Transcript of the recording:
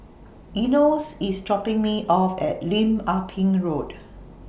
Enos IS dropping Me off At Lim Ah Pin Road